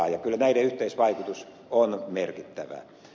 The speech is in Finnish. kyllä näiden yhteisvaikutus on merkittävä